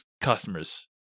customers